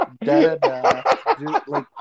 da-da-da